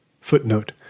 Footnote